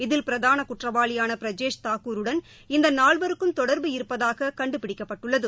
இதில் பிரதான குற்றவாளியான பிரஜேஷ் தாக்கூருடன் இந்த நால்வருக்கும் தொடர்பு இருப்பதாக கண்டுபிடிக்கப்பட்டுள்ளது